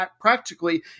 practically